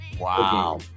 Wow